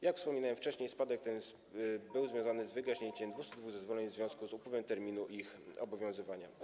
Jak wspominałem wcześniej, spadek ten był związany z wygaśnięciem 202 zezwoleń w związku z upływem terminu ich obowiązywania.